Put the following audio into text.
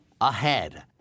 Ahead